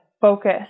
focus